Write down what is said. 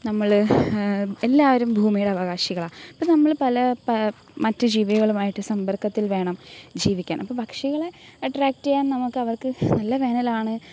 നമ്മൾ എല്ലാവരും ഭൂമിയുടെ അവകാശികളാണ് അപ്പോൾ നമ്മൾ പല മറ്റു ജീവികളുമായിട്ട് സമ്പർക്കത്തിൽ വേണം ജീവിക്കാൻ അപ്പോൾ പക്ഷികളെ അട്രാക്ട് ചെയ്യാൻ നമുക്ക് അവർക്ക് നല്ല വേനലാണ്